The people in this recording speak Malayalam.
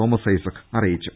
തോമസ് ഐസക് അറിയിച്ചു